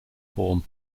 form